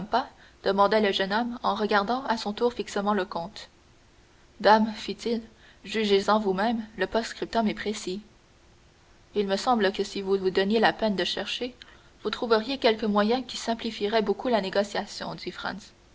demanda le jeune homme en regardant à son tour fixement le comte dame fit-il jugez-en vous-même le post-scriptum est précis il me semble que si vous vous donniez la peine de chercher vous trouveriez quelque moyen qui simplifierait beaucoup la négociation